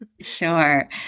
Sure